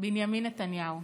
בנימין נתניהו: